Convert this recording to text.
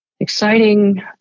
exciting